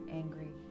angry